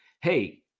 hey